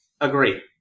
Agree